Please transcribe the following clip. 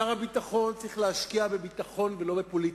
שר הביטחון צריך להשקיע בביטחון ולא בפוליטיקה.